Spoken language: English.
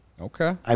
Okay